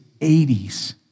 80s